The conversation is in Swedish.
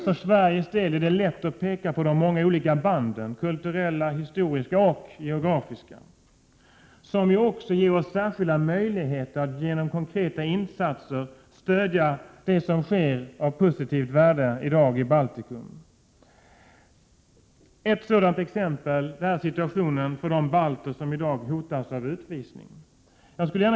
För Sveriges del är det lätt att peka på de många olika banden; kulturella, historiska och geografiska. De ger oss också särskilda möjligheter att genom konkreta insatser stödja det av positivt värde som sker i dag i Baltikum. Ett sådant exempel är situationen för de balter som hotas av utvisning.